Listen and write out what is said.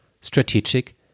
strategic